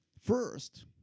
first